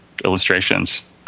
illustrations